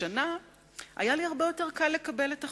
השנה היה לי הרבה יותר קל לקבל את החומר.